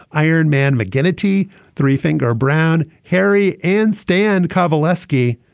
iron man mcginty three-finger brown. harry and stand kovaleski.